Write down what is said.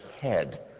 head